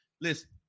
Listen